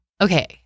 Okay